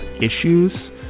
issues